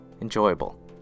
enjoyable